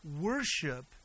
Worship